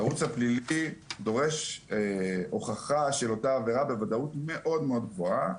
הערוץ הפלילי דורש הוכחה של אותה עבירה בוודאות מאוד מאוד גבוהה,